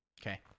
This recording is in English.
Okay